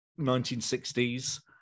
1960s